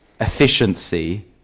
Efficiency